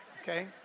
Okay